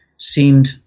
seemed